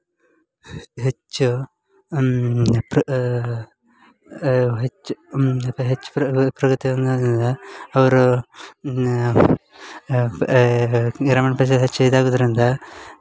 ಹೆಚ್ಚು ಪ್ರ ಹೆಚ್ಚು ಹೆಚ್ಚು ಪ್ರಗತಿ ಅವ್ರು ಗ್ರಾಮೀಣ ಪ್ರದೇಶ ಹೆಚ್ಚು ಇದಾಗುದರಿಂದ